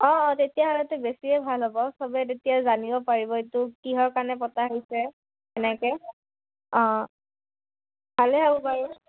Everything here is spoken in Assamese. অঁ অঁ তেতিয়াহ'লেতো বেছিয়ে ভাল হ'ব চবেই তেতিয়া জানিব পাৰিব এইটো কিহৰ কাৰণে পতা হৈছে এনেকৈ অঁ ভালে হ'ব বাৰু